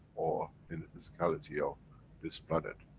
or, in the physicality of this planet.